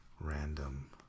random